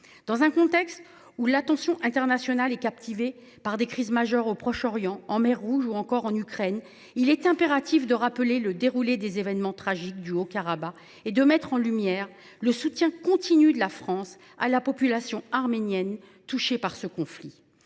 Dans un contexte où l’attention internationale est captivée par des crises majeures au Proche Orient, en mer Rouge ou encore en Ukraine, il est impératif de rappeler le déroulé des événements tragiques du Haut Karabagh et de mettre en lumière le soutien continu de la France à la population arménienne touchée par ce conflit.